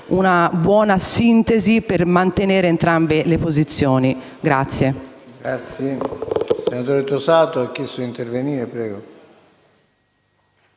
una buona sintesi per mantenere entrambe le posizioni.